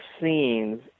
scenes